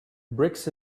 bricks